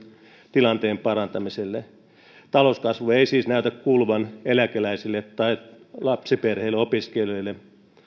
tilanteen parantamiselle talouskasvu ei siis näytä kuuluvan eläkeläisille tai lapsiperheille ja opiskelijoille